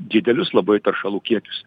didelius labai teršalų kiekius